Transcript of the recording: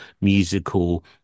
musical